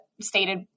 stated